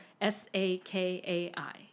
s-a-k-a-i